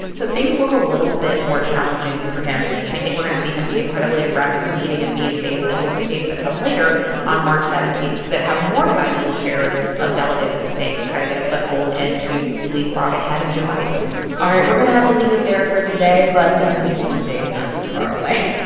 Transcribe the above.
so things look a little bit more challenging for him, and i think we're going to see him be incredibly aggressive competing in these states and the states that come later on march seventeen that have more sizable shares of delegates at stake to try to get a foothold and to leapfrog ahead of joe biden all right, we're going to have to leave it there for today, but that big tuesday is not too far away.